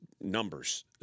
numbers